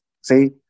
say